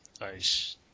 Nice